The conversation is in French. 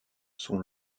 sont